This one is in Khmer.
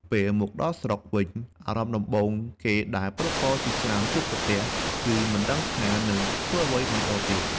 ពេលមកដល់ស្រុកវិញ អារម្មណ៍ដំបូងគេដែលពលករជាច្រើនជួបប្រទះគឺមិនដឹងថានឹងធ្វើអ្វីបន្តទៀត។